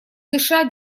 дыша